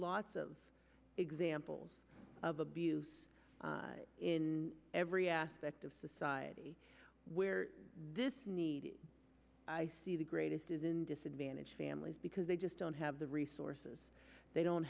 lots of examples of abuse in every aspect of society where this needed i see the greatest is in disadvantage families because they just don't have the resources they don't